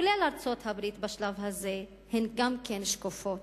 כולל ארצות-הברית בשלב הזה, הן גם כן שקופות